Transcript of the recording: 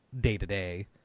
day-to-day